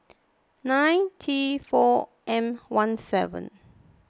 nine T four M one seven